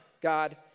God